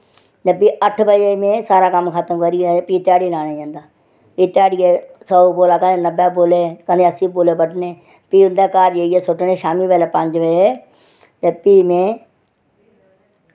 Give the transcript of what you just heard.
ते प्ही अट्ठ बजे सारा कम्म खत्म करियै में ध्याड़ी लाने गी जंदा हा ते ध्याड़ियै दा कदें सौ पूला कदें नब्बै पूले कदें अस्सी पूले बड्ढने प्ही उं'दे घर जाइयै सु'ट्टने शामीं पंज बजे ते प्ही में